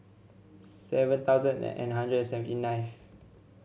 seven thousand and hundred seventy ninth